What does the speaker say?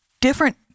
different